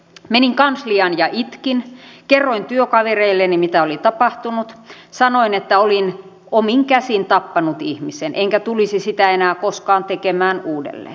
menin kansliaan ja itkin kerroin työkavereilleni mitä oli tapahtunut sanoin että olin omin käsin tappanut ihmisen enkä tulisi sitä enää koskaan tekemään uudelleen